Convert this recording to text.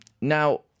Now